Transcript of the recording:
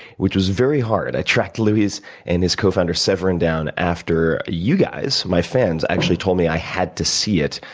which was very hard. i tracked luis and his cofounder severin down after you guys my fans actually told me i had to see it.